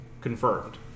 Confirmed